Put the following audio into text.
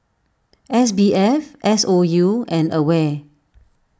S B F S O U and Aware